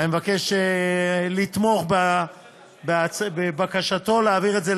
ואני מבקש לתמוך בבקשתו להעביר את זה,